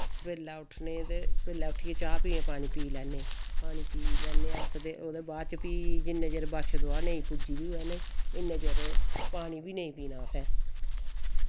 सवेल्लै उट्ठने ते सवेल्लै उट्ठियै चाह् पानी पी लैन्ने पानी पी लैन्ने अस ते ओह्दे बाद च फ्ही जिन्ने चिर बच्छदुआ नेईं पूजी दी होऐ इन्ने चिर पानी बी नेईं पीना असें